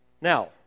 Now